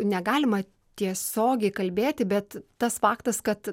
negalima tiesiogiai kalbėti bet tas faktas kad